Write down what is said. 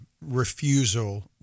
refusal